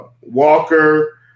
Walker